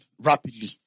Rapidly